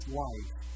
life